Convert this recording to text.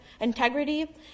integrity